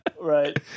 right